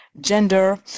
gender